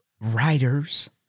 writers